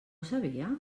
sabia